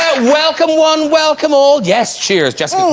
welcome one welcome all yes, cheers just